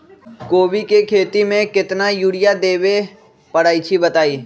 कोबी के खेती मे केतना यूरिया देबे परईछी बताई?